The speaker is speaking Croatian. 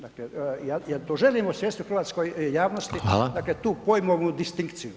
Dakle, ja to želim osvijestiti hrvatskoj javnosti [[Upadica: Hvala.]] dakle tu pojmovnu distinkciju.